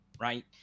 Right